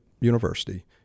university